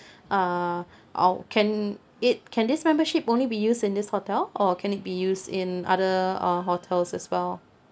uh or can it can this membership only be used in this hotel or can it be used in other uh hotels as well